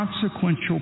consequential